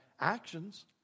actions